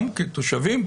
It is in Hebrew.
גם כתושבים,